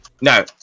no